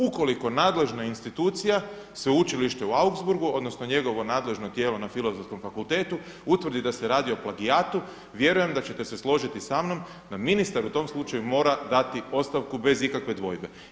Ukoliko nadležna institucija Sveučilište u Augsburgu odnosno njegovo nadležno tijelo na filozofskom fakultetu utvrdi da se radi o plagijatu, vjerujem da ćete se složiti sa mnom da ministar u tom slučaju mora dati ostavku bez ikakve dvojbe.